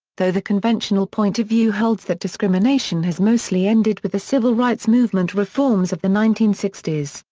though the conventional point of view holds that discrimination has mostly ended with the civil rights movement reforms of the nineteen sixty s,